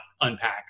unpack